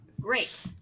Great